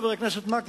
חבר הכנסת מקלב,